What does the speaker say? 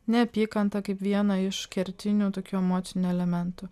neapykantą kaip vieną iš kertinių tokių emocinių elementų